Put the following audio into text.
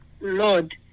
Lord